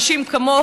אנשים כמוך,